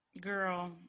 girl